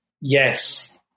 Yes